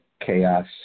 chaos